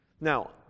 Now